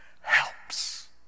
helps